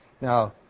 Now